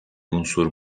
unsur